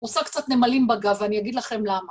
עושה קצת נמלים בגב ואני אגיד לכם למה.